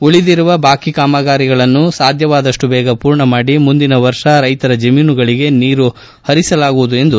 ಉಳಿದಿರುವ ಬಾಕಿ ಕಾಮಗಾರಿಗಳನ್ನು ಸಾಧ್ಯವಾದಷ್ಟು ಬೇಗ ಪೂರ್ಣ ಮಾಡಿ ಮುಂದಿನ ವರ್ಷ ರೈತರ ಜಮೀನುಗಳಿಗೆ ನೀರು ಹರಿಸಲಾಗುವುದು ಎಂದರು